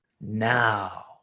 now